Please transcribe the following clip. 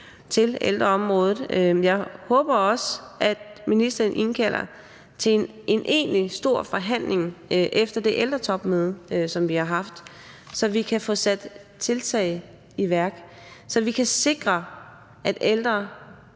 til ældreområdet. Jeg håber også, at ministeren indkalder til en egentlig stor forhandling efter det ældretopmøde, som vi har haft, så vi kan få sat tiltag i værk, og så vi kan sikre, at ældre